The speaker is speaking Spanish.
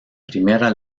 primera